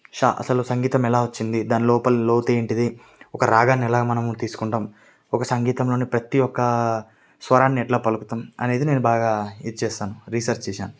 అసలు సంగీతం ఎలా వచ్చింది దాని లోపల లోతేంటి ఒక రాగాన్ని ఎలాగ మనము తీసుకుంటాము ఒక సంగీతంలోని ప్రతీ ఒక్క స్వరాన్ని ఎలా పలుకుతాము అనేది నేను బాగా ఇది చేశాను రీసర్చ్ చేశాను